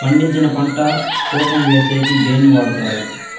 పండించిన పంట తూకం వేసేకి దేన్ని వాడతారు?